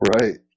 Right